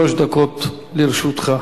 שלוש דקות לרשותך.